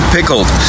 Pickled